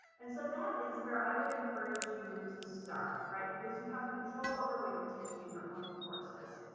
and so that is where i would encourage you to start right because you have control over what you're teaching in your own courses.